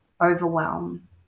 overwhelm